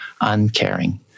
uncaring